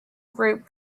group